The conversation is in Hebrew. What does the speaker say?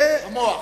"המוח".